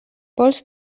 vols